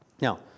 Now